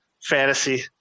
fantasy